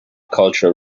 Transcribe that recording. cultural